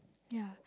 ya